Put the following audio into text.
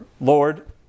Lord